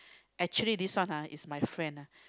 actually this one !huh! is my friend lah